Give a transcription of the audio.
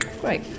Great